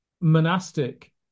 monastic